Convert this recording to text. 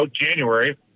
January